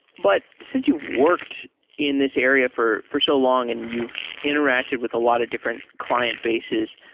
but since you've worked in this area for for so long and you've interacted with a lot of different client bases,